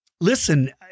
Listen